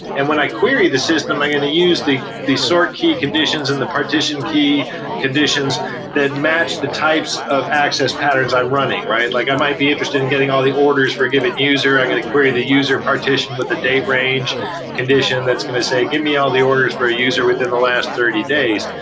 and when i query the system, i'm going to use the the sort key conditions and the partition key conditions that match the types of access patterns i'm running, right? like i might be interested in getting all the orders for a given user. i'm going to query the user partition with the day range condition that's going to say, give me all the orders for a user within the last thirty days.